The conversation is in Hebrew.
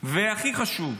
והכי חשוב,